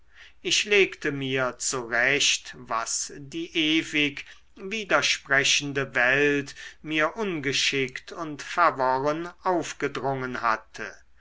ich legte mir zurecht was die ewig widersprechende welt mir ungeschickt und verworren aufgedrungen hatte